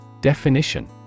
Definition